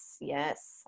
yes